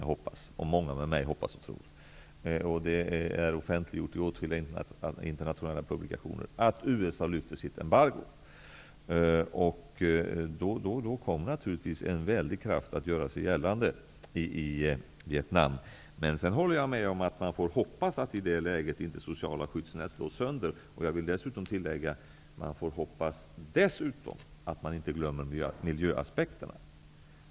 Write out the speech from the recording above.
Jag hoppas det, och många med mig. Det är offentliggjort i åtskilliga internationella publikationer. Då kommer naturligtvis en väldig kraft att göra sig gällande i Vietnam. Men jag håller med om att vi får hoppas att sociala skyddsnät inte slås sönder i det läget. Vi får dessutom hoppas att man inte glömmer miljöaspekterna.